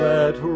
Let